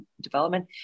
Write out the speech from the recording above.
Development